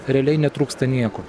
realiai netrūksta nieko